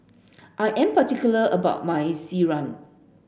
I am particular about my Sireh